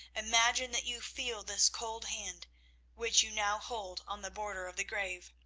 imagine that you feel this cold hand which you now hold on the border of the grave.